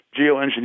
geoengineering